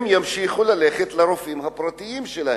הם ימשיכו ללכת לרופאים הפרטיים שלהם.